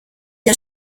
der